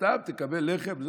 סתם תקבל לחם?